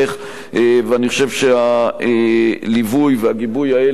ואני חושב שהליווי והגיבוי האלה אפשרו